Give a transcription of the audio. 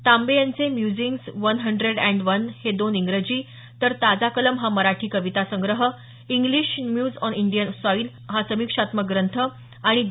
तांबे यांचे musings one hundred and one हे दोन इंग्रजी तर ताजा कलमहा मराठी कवितासंग्रह English muse on Indian soil हा समीक्षात्मक ग्रंथ आणि ग